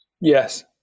yes